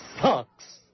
sucks